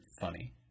funny